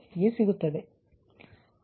6 degree